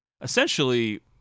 essentially